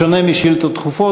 בשונה משאילתות דחופות,